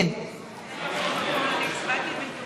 אני הצבעתי,